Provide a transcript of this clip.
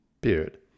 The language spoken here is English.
period